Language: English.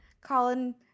colin